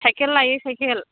cycle लायै cycle